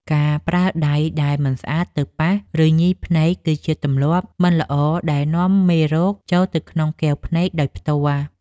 ការប្រើដៃដែលមិនស្អាតទៅប៉ះ ឬញីភ្នែកគឺជាទម្លាប់មិនល្អដែលនាំមេរោគចូលទៅក្នុងកែវភ្នែកដោយផ្ទាល់។